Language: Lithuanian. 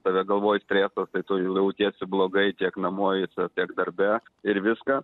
tave galvoj stresas kai tu jautiesi blogai tiek namuose tiek darbe ir viską